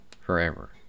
forever